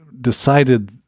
decided